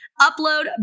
upload